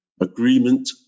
agreement